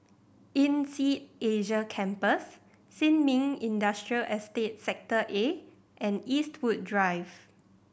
INSEAD Asia Campus Sin Ming Industrial Estate Sector A and Eastwood Drive